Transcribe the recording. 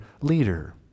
leader